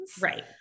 Right